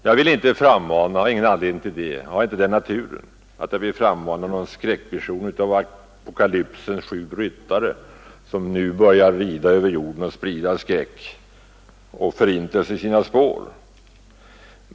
Jag har ingen anledning att frammana — och jag har inte heller den naturen att jag vill göra det — någon skräckvision av apokalypsens sju ryttare som nu börjar rida över jorden och sprida skräck och förintelse i sina spår.